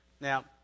Now